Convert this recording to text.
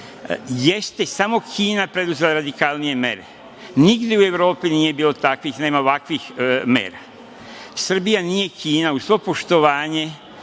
Jeste samo Kina preduzela radikalnije mere. Nigde u Evropi nije bilo takvih mera. Srbija nije Kina, uz svo poštovanje